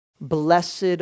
blessed